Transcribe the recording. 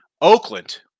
Oakland